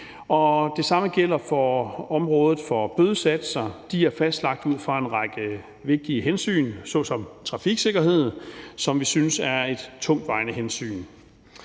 Det samme gælder for området for bødesatser. De er fastlagt ud fra en række vigtige hensyn såsom trafiksikkerhed, som vi synes er et tungtvejende hensyn.